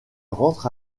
rentre